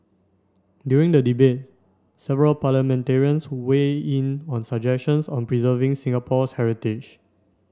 during the debate several parliamentarians weighed in on suggestions on preserving Singapore's heritage